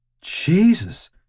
Jesus